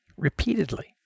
repeatedly